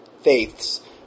faiths